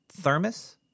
thermos